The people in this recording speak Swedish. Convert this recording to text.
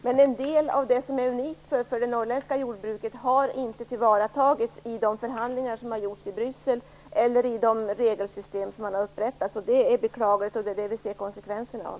Men en del av det som är unikt för det norrländska jordbruket har inte tillvaratagits i de förhandlingar som har gjorts i Bryssel eller i de regelsystem som har upprättats. Det är beklagligt, och det ser vi konsekvenserna av.